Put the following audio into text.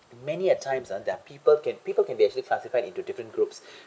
many a times ah there're people can people can be actually classified into different groups